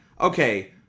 okay –